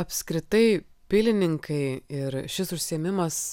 apskritai pilininkai ir šis užsiėmimas